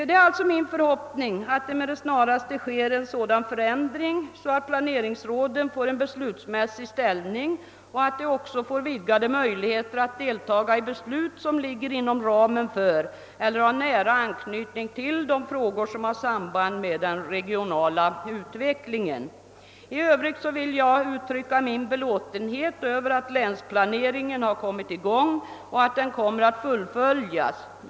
Det är alltså min förhoppning att det med det snaraste blir en sådan förändring att planeringsråden får beslutsmässig ställning och att de också får vidgade möjligheter att delta i beslut som ligger inom ramen för, eller har nära anknytning till, de frågor som har samband med den regionala utvecklingen. I övrigt vill jag uttrycka min belåtenhet över att länsplaneringen har kommit i gång och att den kommer att fullföljas.